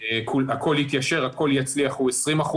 הכול יתיישר, הכול יצליח, הוא 20%,